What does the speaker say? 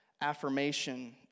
affirmation